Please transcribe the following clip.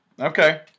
Okay